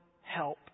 help